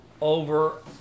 over